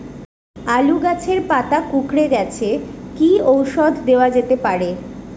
আলু গাছের পাতা কুকরে গেছে কি ঔষধ দেওয়া যেতে পারে?